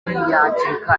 ntiyacika